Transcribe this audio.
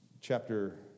Chapter